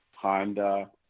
Honda